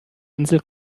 insel